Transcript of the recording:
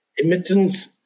emittance